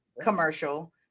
commercial